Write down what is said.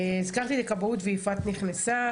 הזכרתי את הכבאות ויפעת נכנסה.